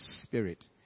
Spirit